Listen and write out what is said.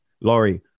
Laurie